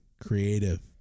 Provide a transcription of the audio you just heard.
creative